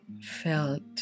felt